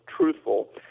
truthful